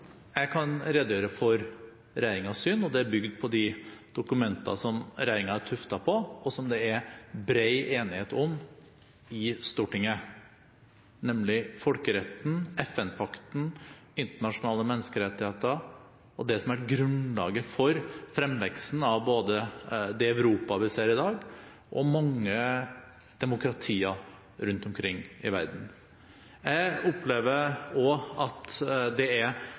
Jeg kan redegjøre for regjeringens syn. Det er bygd på de dokumenter som regjeringen er tuftet på, og som det er bred enighet om i Stortinget, nemlig folkeretten, FN-pakten, internasjonale menneskerettigheter og det som har vært grunnlaget for fremveksten av både det Europa vi ser i dag, og mange demokratier rundt omkring i verden. Jeg opplever at det også i Fremskrittspartiet er